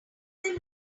them